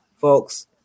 folks